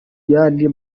yandi